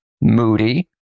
moody